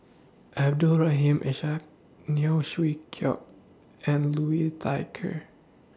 Abdul Rahim Ishak Neo Chwee Kok and Liu Thai Ker